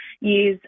use